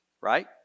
right